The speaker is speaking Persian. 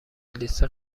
لیست